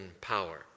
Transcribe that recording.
power